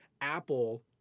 Apple